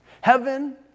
Heaven